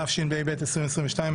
התשפ"ב 2022,